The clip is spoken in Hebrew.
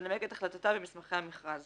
תנמק את החלטתה במסמכי המכרז.